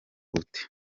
bute